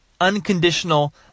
unconditional